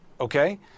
okay